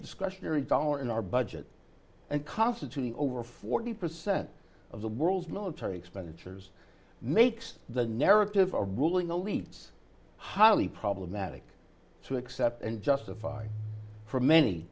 discretionary dollar in our budget and constituting over forty percent of the world's military expenditures makes the narrative a ruling elites highly problematic to accept and justify for many